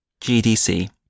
GDC